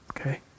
Okay